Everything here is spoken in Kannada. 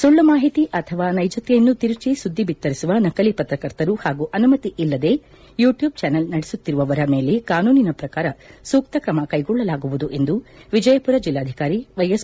ಸುಳ್ಳು ಮಾಹಿತಿ ಅಥವಾ ನೈಜತೆಯನ್ನು ತಿರುಚಿ ಸುದ್ದಿ ಬಿತ್ತರಿಸುವ ನಕಲಿ ಪತ್ರಕರ್ತರು ಹಾಗೂ ಅನುಮತಿ ಇಲ್ಲದೆ ಯುಟ್ಟೂಬ್ ಚಾನೆಲ್ ನಡೆಸುತ್ತಿರುವವರ ಮೇಲೆ ಕಾನೂನಿನ ಪ್ರಕಾರ ಸೂಕ್ತ ಕ್ರಮ ಕೈಗೊಳ್ಳಲಾಗುವುದು ಎಂದು ವಿಜಯಪುರ ಜಿಲ್ಲಾಧಿಕಾರಿ ವೈಎಸ್